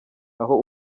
aho